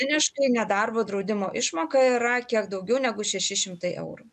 vidutiniškai nedarbo draudimo išmoka yra kiek daugiau negu šeši šimtai eurų